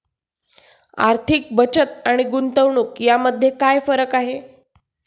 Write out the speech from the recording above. आर्थिक बचत आणि गुंतवणूक यामध्ये काय फरक आहे?